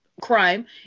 crime